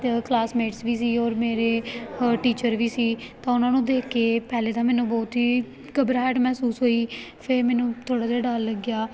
ਅਤੇ ਕਲਾਸਮੇਟਸ ਵੀ ਸੀ ਔਰ ਮੇਰੇ ਅ ਟੀਚਰ ਵੀ ਸੀ ਤਾਂ ਉਹਨਾਂ ਨੂੰ ਦੇਖ ਕੇ ਪਹਿਲੇ ਤਾਂ ਮੈਨੂੰ ਬਹੁਤ ਹੀ ਘਬਰਾਹਟ ਮਹਿਸੂਸ ਹੋਈ ਫਿਰ ਮੈਨੂੰ ਥੋੜ੍ਹਾ ਜਿਹਾ ਡਰ ਲੱਗਿਆ